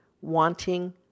wanting